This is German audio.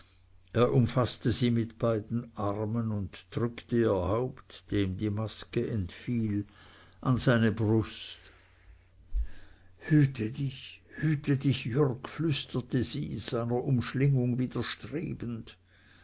umfaßte sie mit beiden armen und drückte ihr haupt dem die maske entfiel an seine brust hüte dich hüte dich jürg flüsterte sie seiner umschlingung widerstrebend